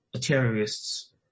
terrorists